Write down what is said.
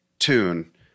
tune